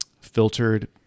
filtered